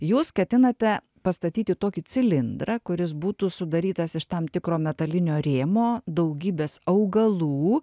jūs ketinate pastatyti tokį cilindrą kuris būtų sudarytas iš tam tikro metalinio rėmo daugybės augalų